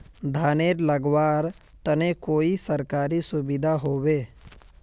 धानेर लगवार तने कोई सरकारी सुविधा होबे?